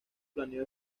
planeó